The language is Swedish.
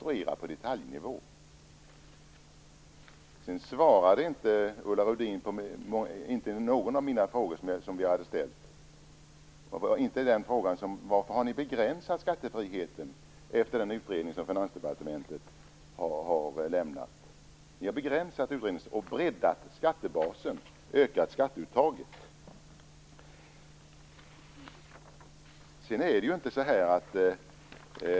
Ulla Rudin svarade inte på någon av de frågor som jag ställde. Det var bl.a. frågan: Varför har ni begränsat skattefriheten efter den utredning som Finansdepartementet har lämnat? Ni har begränsat den, breddat skattebasen och ökat skatteuttaget.